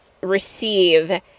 receive